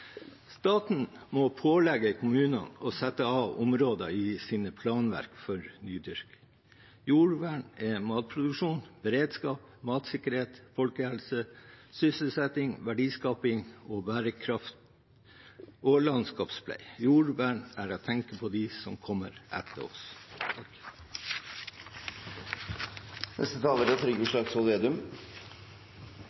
Staten må pålegge kommunene å sette av områder i sine planverk for nydyrking. Jordvern er matproduksjon, beredskap, matsikkerhet, folkehelse, sysselsetting, verdiskaping, bærekraft og landskapspleie. Jordvern er å tenke på dem som kommer etter oss. Sist gang vi hadde hungersnød i Norge – det er